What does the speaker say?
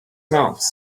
mouth